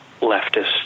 leftist